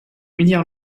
unir